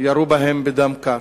ירו בהם בדם קר.